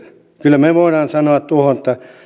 kyllä me voimme sanoa tuohon että